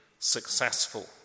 successful